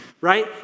right